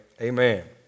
Amen